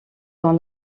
dans